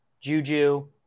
Juju